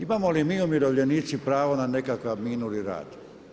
Imamo li mi umirovljenici pravo na nekakav minuli rad?